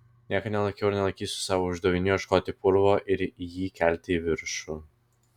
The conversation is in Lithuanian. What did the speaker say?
niekad nelaikiau ir nelaikysiu savo uždaviniu ieškoti purvo ir jį kelti į viršų